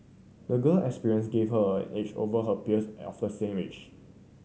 the girl experience gave her an edge over her peers of the same age